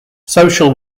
social